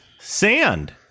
Sand